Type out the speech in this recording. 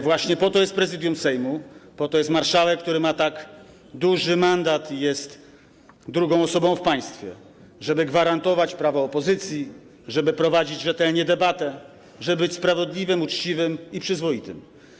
Właśnie po to jest Prezydium Sejmu, po to jest marszałek, który ma tak duży mandat i jest drugą osobą w państwie, żeby gwarantować prawa opozycji, żeby prowadzić rzetelnie debatę, żeby być sprawiedliwym, uczciwym i przyzwoitym.